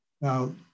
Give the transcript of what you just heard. Now